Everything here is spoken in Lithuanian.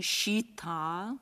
šį tą